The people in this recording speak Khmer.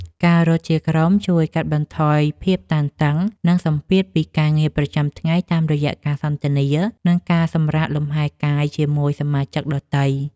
ការរត់ជាក្រុមជួយកាត់បន្ថយភាពតានតឹង និងសម្ពាធពីការងារប្រចាំថ្ងៃ តាមរយៈការសន្ទនា និងការសម្រាកលំហែកាយជាមួយសមាជិកដទៃ។